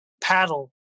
paddle